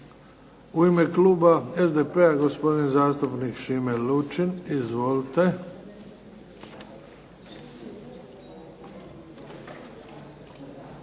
U ime kluba SDP-a gospodin zastupnik Šime Lučin. Izvolite.